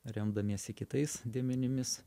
remdamiesi kitais dėmenimis